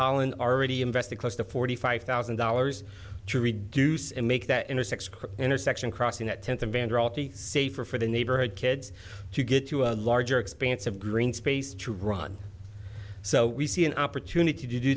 holland already invested close to forty five thousand dollars to reduce and make that intersects creek intersection crossing that tenth of vandross safer for the neighborhood kids to get to a larger expanse of green space to run so we see an opportunity to do